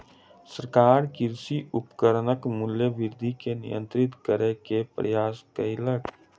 सरकार कृषि उपकरणक मूल्य वृद्धि के नियंत्रित करै के प्रयास कयलक